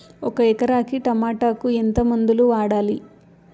ఒక ఎకరాకి టమోటా కు ఎంత మందులు వాడాలి?